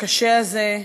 הקשה הזה,